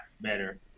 better